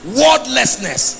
wordlessness